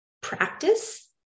practice